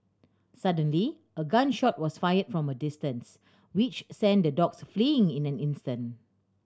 suddenly a gun shot was fired from a distance which sent the dogs fleeing in an instant